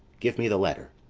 give me the letter.